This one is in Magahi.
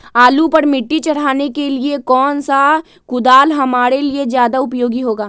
आलू पर मिट्टी चढ़ाने के लिए कौन सा कुदाल हमारे लिए ज्यादा उपयोगी होगा?